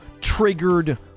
triggered